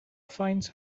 finds